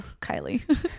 Kylie